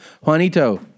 Juanito